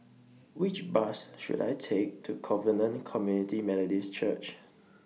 Which Bus should I Take to Covenant Community Methodist Church